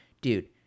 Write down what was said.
dude